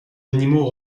animaux